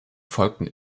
folgten